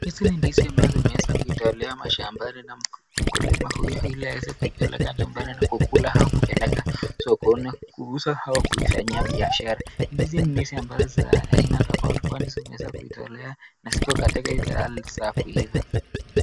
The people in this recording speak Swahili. Hizi ni ndizi ambazo imeweza kutolewa mashambani na mkulima huyu ili aweze kupeleka nyumbani na kukula au kupeleka sokoni kuuza au kuifanyia biashara, ndizi ni ndizi ambazo ni za aina tofauti kwani zimeweza kutolewa na ziko katika ile hali za kuiva.